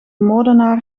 moordenaar